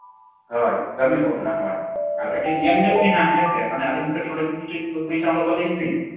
ᱦᱳᱭ ᱠᱟᱹᱢᱤ ᱮᱦᱚᱵᱚᱜ ᱠᱟᱱᱟ ᱦᱳᱭ ᱟᱨ ᱠᱟᱹᱴᱤᱡ ᱧᱮᱞ ᱧᱚᱜᱽ ᱵᱤᱱ ᱦᱟᱸᱜ ᱦᱮᱸᱥᱮ ᱢᱟᱱᱮ ᱟᱹᱞᱤᱧ ᱦᱚᱸ ᱠᱟᱹᱴᱤᱡ ᱚᱸᱰᱮ ᱠᱷᱚᱱ ᱠᱤᱪᱷᱩ ᱯᱚᱭᱥᱟ ᱚᱰᱚᱠᱟᱣᱞᱤᱧ ᱵᱤᱱ